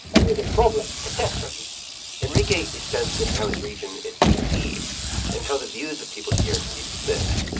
only the problems, catastrophe enrique is sensitive to how his region is perceived and how the views of people here can be dismissed.